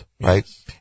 right